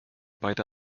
beide